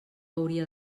hauria